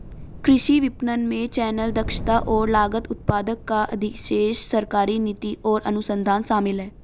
कृषि विपणन में चैनल, दक्षता और लागत, उत्पादक का अधिशेष, सरकारी नीति और अनुसंधान शामिल हैं